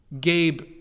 Gabe